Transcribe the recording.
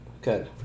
Good